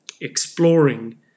exploring